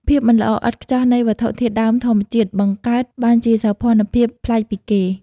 ភាពមិនល្អឥតខ្ចោះនៃវត្ថុធាតុដើមធម្មជាតិ បង្កើតបានជាសោភ័ណភាពប្លែកពីគេ។